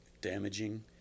damaging